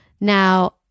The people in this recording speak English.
now